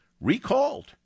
recalled